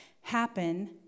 happen